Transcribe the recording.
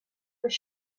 was